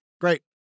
Great